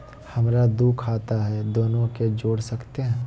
हमरा दू खाता हय, दोनो के जोड़ सकते है?